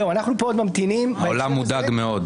אנחנו פה ממתינים -- העולם מודאג מאוד.